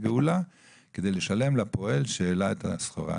גאולה כדי לשלם לפועל שהעלה את הסחורה.